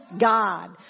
God